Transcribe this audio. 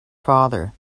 father